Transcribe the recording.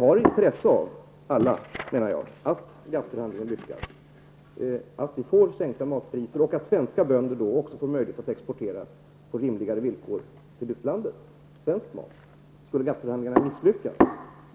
Jag menar att vi alla har intresse av att GATT förhandlingen lyckas, av att vi får sänkta matpriser och av att svenska bönder får möjlighet att exportera svensk mat på rimligare villkor. Skulle GATT-förhandlingar misslyckas,